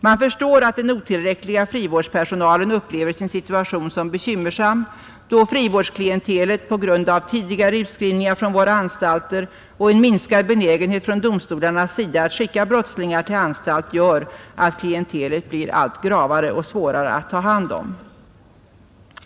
Man förstår att den otillräckliga frivårdspersonalen upplever sin situation som bekymmersam, då frivårdsklientelet på grund av tidigare utskrivning från våra anstalter och en minskad benägenhet från domstolarna att skicka brottslingar till anstalt blir allt gravare och allt svårare att ta hand om.